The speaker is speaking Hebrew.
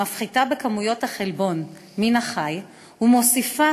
שמפחיתה בכמויות החלבון מן החי ומוסיפה